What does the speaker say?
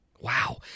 Wow